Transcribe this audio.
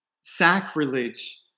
sacrilege